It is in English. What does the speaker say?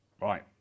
right